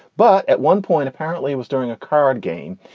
but at one point, apparently it was during a card game,